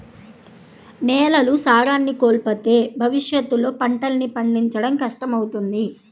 నేలలు సారాన్ని కోల్పోతే భవిష్యత్తులో పంటల్ని పండించడం కష్టమవుతుంది